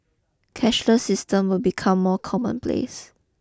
cashless systems will become more common place